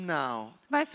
now